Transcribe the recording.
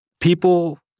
people